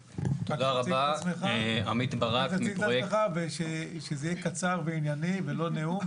תציג את עצמך ושזה יהיה קצר וענייני, ולא נאום.